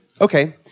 okay